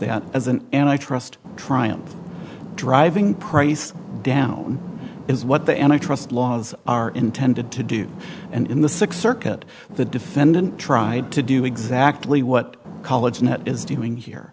that as an antitrust trial driving price down is what the antitrust laws are intended to do and in the sixth circuit the defendant tried to do exactly what college net is doing here